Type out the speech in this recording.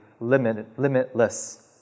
limitless